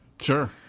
Sure